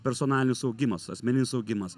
personalinis augimas asmeninis augimas